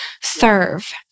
serve